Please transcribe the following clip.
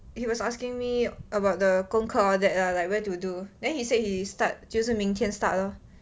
he was asking me about the 功课 all that lah like where to do then he said he start 就是明天 start lor